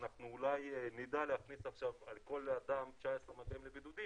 אנחנו אולי נדע להכניס עכשיו על כל אדם 19 מגעים לבידוד,